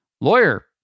lawyer